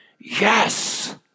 Yes